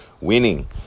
winning